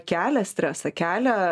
kelia stresą kelia